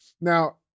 Now